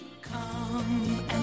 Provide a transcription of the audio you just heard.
Come